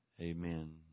Amen